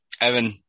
Evan